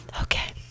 Okay